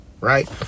right